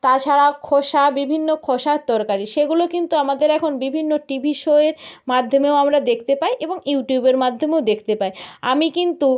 তাছাড়া খোসা বিভিন্ন খোসার তরকারি সেগুলো কিন্তু আমাদের এখন বিভিন্ন টিভি শোয়ের মাধ্যমেও আমরা দেখতে পাই এবং ইউটিউবের মাধ্যমেও দেখতে পায় আমি কিন্তু